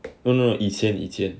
no no 一千一千